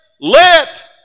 let